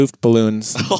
balloons